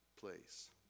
place